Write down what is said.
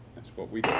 that's what we